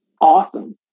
awesome